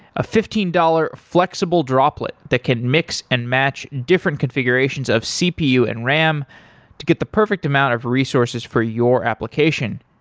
a fifteen dollars flexible droplet that can mix and match different configurations of cpu and ram to get the perfect amount of resources for your application.